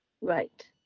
Right